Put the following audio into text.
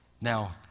Now